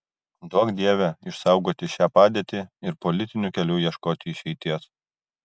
duok dieve išsaugoti šią padėtį ir politiniu keliu ieškoti išeities